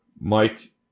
Mike